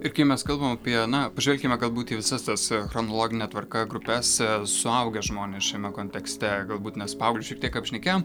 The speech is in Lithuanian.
ir kai mes kalbam apie na pažvelkime galbūt į visas tas chronologine tvarka grupes suaugę žmonės šiame kontekste galbūt nes paauglius šiek tiek apšnekėjom